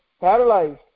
paralyzed